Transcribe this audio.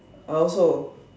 I also